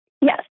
Yes